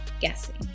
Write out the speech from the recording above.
guessing